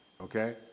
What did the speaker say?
okay